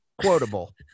quotable